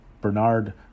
Bernard